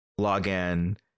login